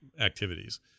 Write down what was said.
activities